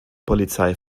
polizei